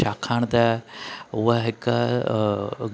छाकाणि त हुअ हिकु अ